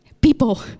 People